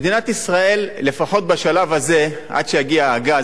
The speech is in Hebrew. מדינת ישראל, לפחות בשלב הזה, עד שיגיע הגז,